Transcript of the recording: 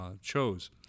chose